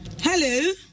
Hello